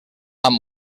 amb